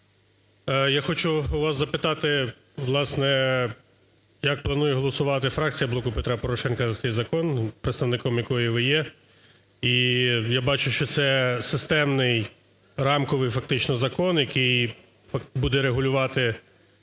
я хочу вас запитати, власне, як планує голосувати фракція "Блоку Петра Порошенка" за цей закон, представником якої ви є? Я бачу, що це системний, рамковий, фактично, закон, який буде регулювати